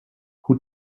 who